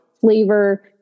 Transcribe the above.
flavor